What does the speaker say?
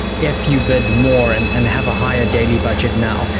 if you bet more and and have a higher daily budget now,